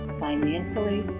financially